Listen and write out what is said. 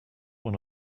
one